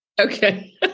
Okay